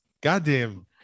Goddamn